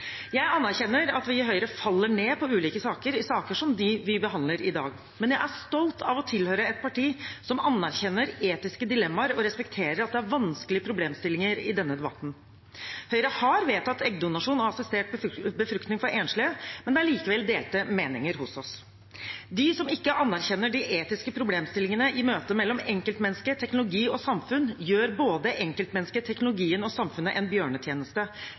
Jeg anerkjenner at vi i Høyre faller ned på ulike standpunkt i saker som dem vi behandler i dag, men jeg er stolt av å tilhøre et parti som anerkjenner etiske dilemmaer og respekterer at det er vanskelige problemstillinger i denne debatten. Høyre har vedtatt eggdonasjon og assistert befruktning for enslige, men det er likevel delte meninger hos oss. De som ikke anerkjenner de etiske problemstillingene i møte mellom enkeltmenneske, teknologi og samfunn, gjør både enkeltmennesket, teknologien og samfunnet en bjørnetjeneste.